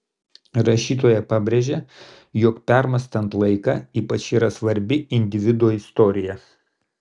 rašytoja pabrėžia jog permąstant laiką ypač yra svarbi individo istorija